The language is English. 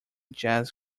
jazz